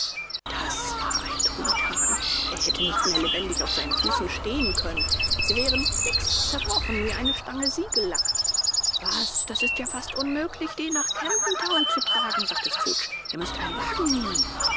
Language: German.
das war ein truthahn er hätte nicht mehr lebendig auf seinen füßen stehen können sie wären knicks zerbrochen wie eine stange siegellack was das ist ja fast unmöglich den nach camden town zu tragen sagte scrooge ihr müßt einen wagen nehmen